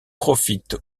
profite